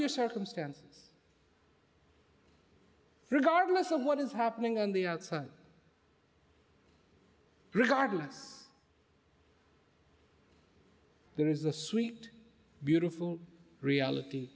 your circumstances regardless of what is happening on the outside regardless there is a sweet beautiful reality